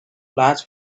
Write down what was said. large